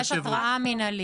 יש התראה מינהלית.